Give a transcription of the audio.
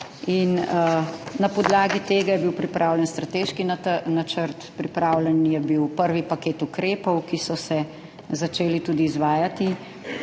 na podlagi tega je bil pripravljen strateški načrt. Pripravljen je bil prvi paket ukrepov, ki so se začeli tudi izvajati,